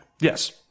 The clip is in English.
Yes